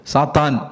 Satan